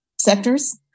sectors